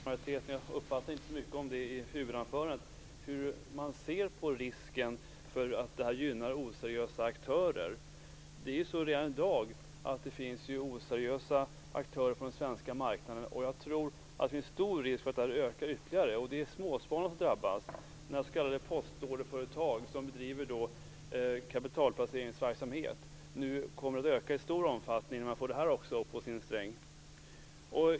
Fru talman! Jag skulle vilja fråga utskottsmajoritetens talesman hur man ser på risken för att detta gynnar oseriösa aktörer. Jag uppfattade inte att det sades så mycket om det i huvudanförandet. Redan i dag finns oseriösa aktörer på den svenska marknaden. Jag tror att det är stor risk för att antalet ökar ytterligare, och det är småspararna som drabbas. Antalet s.k. postorderföretag som bedriver kapitalplaceringsverksamhet kommer nu att öka i stor omfattning när de också får denna sträng på sin lyra.